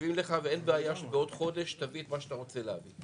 מקשיבים לך ואין בעיה שבעוד חודש תביא את מה שאתה רוצה להביא,